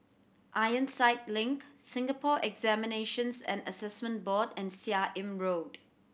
Ironside Link Singapore Examinations and Assessment Board and Seah Im Road